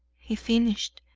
he finished,